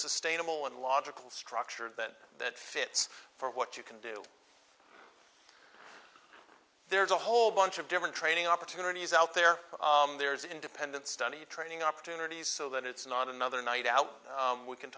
sustainable and logical structure that fits for what you can do there's a whole bunch of different training opportunities out there there's independent study training opportunities so that it's not another night out we can